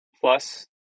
plus